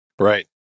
Right